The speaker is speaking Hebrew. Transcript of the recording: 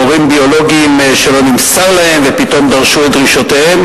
הורים ביולוגיים שלא נמסר להם ופתאום דרשו את דרישותיהם,